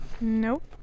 Nope